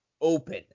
open